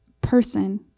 person